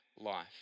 life